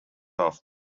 off